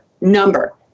number